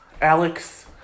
Alex